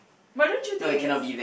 but don't you think it's